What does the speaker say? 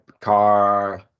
Car